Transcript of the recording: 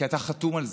כי אתה חתום על זה,